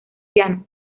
piano